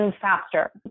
faster